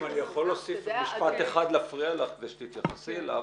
אם אני יכול להוסיף משפט אחד להפריע לך כדי שתתייחסי אליו.